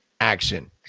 action